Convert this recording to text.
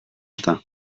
eta